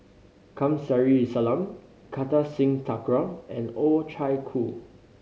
Kamsari Salam Kartar Singh Thakral and Oh Chai